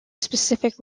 specific